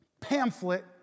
pamphlet